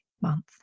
month